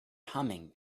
humming